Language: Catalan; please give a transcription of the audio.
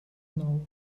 nou